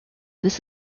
this